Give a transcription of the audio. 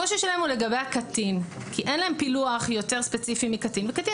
הקושי שלנו לגבי הקטין כי אין להם פילוח יותר ספציפי מקטין וקטין